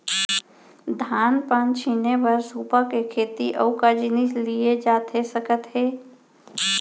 धान पछिने बर सुपा के सेती अऊ का जिनिस लिए जाथे सकत हे?